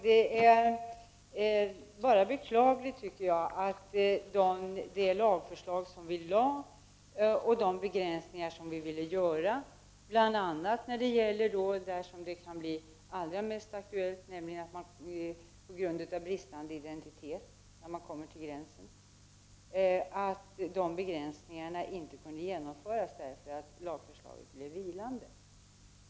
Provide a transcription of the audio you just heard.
Det är bara beklagligt att det lagförslag som regeringen lade fram och de begränsningar som regeringen ville ha — bl.a. det som kan bli mest aktuellt, nämligen bristande identitet vid gränsen — inte kunde förverkligas eftersom lagförslaget blev vilande.